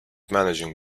managing